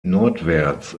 nordwärts